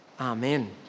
amen